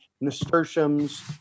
nasturtiums